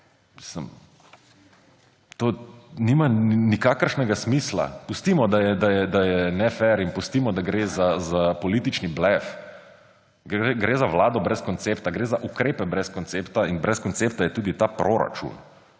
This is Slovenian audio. To nima nikakršnega smisla. Pustimo, da je nefer, in pustimo, da gre za politični blef, gre za vlado brez koncepta, gre za ukrepe brez koncepta. Brez koncepta je tudi ta proračun,